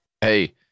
Hey